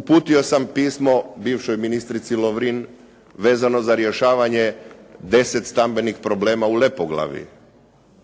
Uputio sam pismo bivšoj ministrici Lovrin vezano za rješavanje deset stambenih problema u Lepoglavi